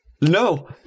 No